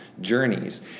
journeys